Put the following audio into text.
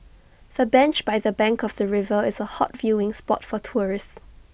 the bench by the bank of the river is A hot viewing spot for tourists